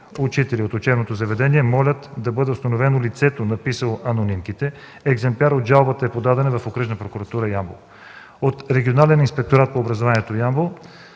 учители от учебното заведение молят да бъде установено лицето написало анонимките, екземпляр от жалбата е подадена в Окръжна прокуратура – Ямбол. От Регионален инспекторат по образованието – Ямбол,